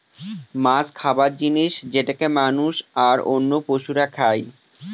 মাছ খাবার জিনিস যেটাকে মানুষ, আর অন্য পশুরা খাই